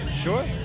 Sure